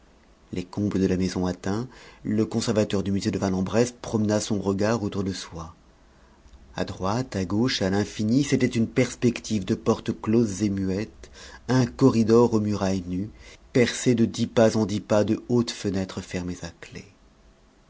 les combles de la maison atteints le conservateur du musée de vanne en bresse promena son regard autour de soi à droite à gauche à l'infini c'était une perspective de portes closes et muettes un corridor aux murailles nues percées de dix pas en dix pas de hautes fenêtres fermées à clé